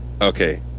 okay